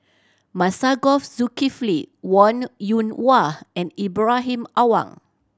Masagos Zulkifli Wong Yoon Wah and Ibrahim Awang